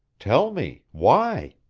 tell me why?